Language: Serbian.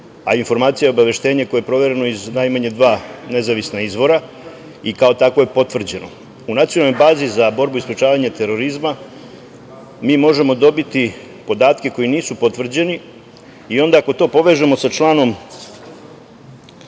a informacija je obaveštenje koje je provereno iz najmanje dva nezavisna izvora i kao takvo je potvrđeno. U nacionalnoj bazi za borbu i sprečavanje terorizma mi možemo dobiti podatke koji nisu potvrđeni i onda ako to povežemo sa članom